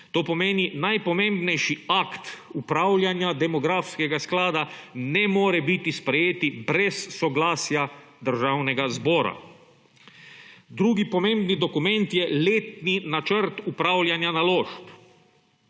To pomeni, najpomembnejši akt upravljanja demografskega sklada ne more biti sprejet brez soglasja Državnega zbora. Drugi pomemben dokument je letni načrt upravljanja naložb.